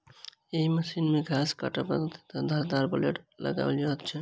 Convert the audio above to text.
एहि मशीन मे घास काटबाक लेल धारदार ब्लेड लगाओल रहैत छै